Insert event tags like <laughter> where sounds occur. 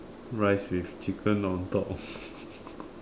rice with chicken on top <laughs>